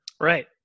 Right